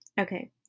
Okay